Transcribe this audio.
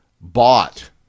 bought